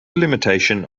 limitation